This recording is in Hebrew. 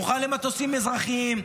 מוכן למטוסים אזרחיים,